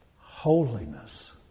holiness